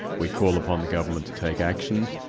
we call upon the government to take action.